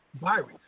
virus